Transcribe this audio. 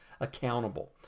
accountable